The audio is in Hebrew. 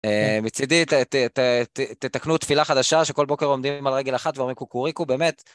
מצידי ,תקנו תפילה חדשה שכל בוקר עומדים על רגל אחת ועומדים קוקוריקו, באמת.